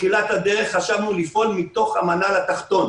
בתחילת הדרך חשבנו לפעול מתוך המנ"ל התחתון,